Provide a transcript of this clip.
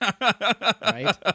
Right